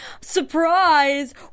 surprise